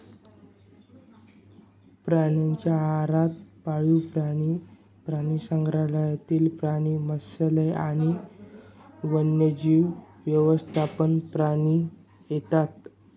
प्राण्यांच्या आहारात पाळीव प्राणी, प्राणीसंग्रहालयातील प्राणी, मत्स्यालय आणि वन्यजीव व्यवस्थापन प्राणी येतात